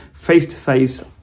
face-to-face